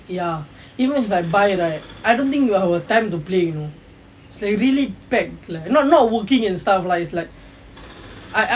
ya even if I buy right I don't think I got time to play you know it's like really packed not working and stuff lah is like I I